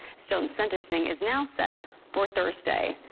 stone's sentencing is now set for thursday.